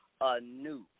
anew